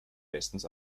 bestens